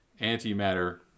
antimatter